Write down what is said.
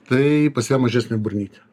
tai pas ją mažesnė burnytė